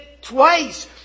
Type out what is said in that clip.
twice